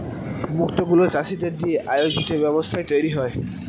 মুক্ত গুলো চাষীদের দিয়ে আয়োজিত ব্যবস্থায় তৈরী হয়